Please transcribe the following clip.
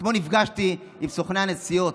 אתמול נפגשתי עם סוכני הנסיעות,